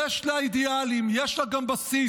יש לה אידיאלים, יש לה גם בסיס,